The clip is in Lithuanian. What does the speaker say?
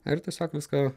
ir tiesiog viską